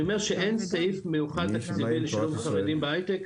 אני אומר שאין סעיף מיוחד לגבי שילוב חרדים בהיי-טק,